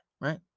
right